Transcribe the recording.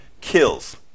kills